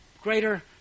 greater